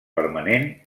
permanent